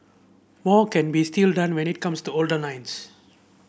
more can be still done when it comes to older lines